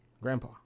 Grandpa